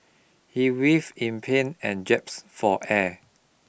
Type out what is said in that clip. he writh in pain and gasped for air